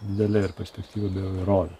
didelėj perspektyvioj dėl įvairovių